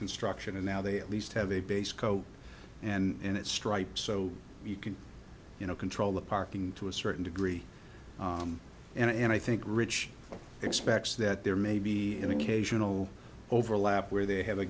construction and now they at least have a base coat and it's stripes so you can you know control the parking to a certain degree and i think rich expects that there may be an occasional overlap where they have a